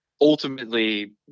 ultimately